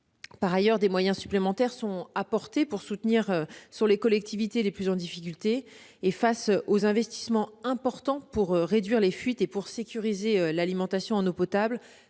Par ailleurs, des moyens supplémentaires sont apportés pour soutenir les collectivités les plus en difficulté. Face aux investissements importants pour réduire les fuites et sécuriser l'alimentation en eau potable,